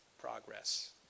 progress